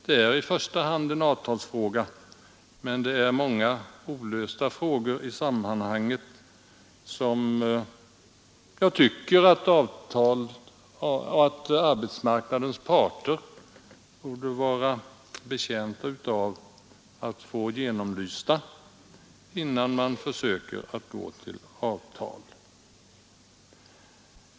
Det är i första hand en avtalsfråga, men det är många olösta frågor i sammanhanget som jag tycker att arbetsmarknadens parter borde vara betjänta av att få genomlysta innan man försöker gå till avtal.